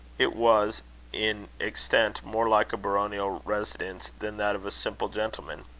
it was in extent more like a baronial residence than that of a simple gentleman.